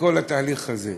לכל התהליך הזה.